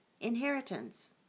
inheritance